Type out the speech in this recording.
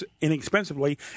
inexpensively